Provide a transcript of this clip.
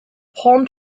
palm